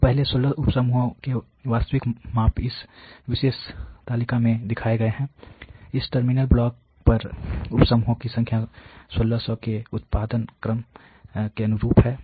तो पहले 16 उप समूहों के वास्तविक माप इस विशेष तालिका में दिखाए गए हैं इन टर्मिनल ब्लॉकों पर उप समूहों की संख्या 1600 के उत्पादन क्रम के अनुरूप है